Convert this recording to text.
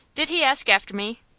did he ask after me?